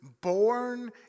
born